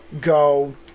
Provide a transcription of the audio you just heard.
go